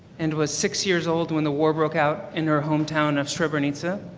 and was six years old when the war broke out in her hometown of srebrenica.